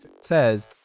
says